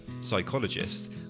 psychologist